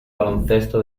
baloncesto